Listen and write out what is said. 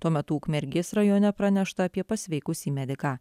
tuo metu ukmergės rajone pranešta apie pasveikusį mediką